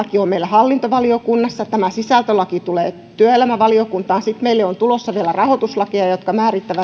hallintovaliokunnassa tämä sisältölaki tulee työelämävaliokuntaan ja sitten meille on tulossa vielä rahoituslakeja jotka määrittävät sen